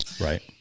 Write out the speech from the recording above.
Right